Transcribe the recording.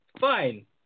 Fine